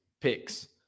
picks